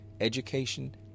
education